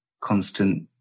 constant